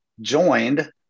joined